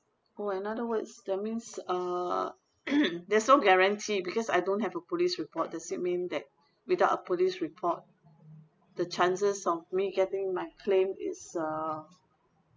oh another words that means uh there's no guarantee because I don't have a police report does it mean that without a police report the chances of me getting my claim is uh